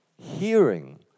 Hearing